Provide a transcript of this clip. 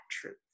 truth